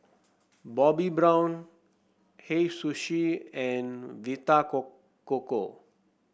Bobbi Brown Hei Sushi and Vita Coco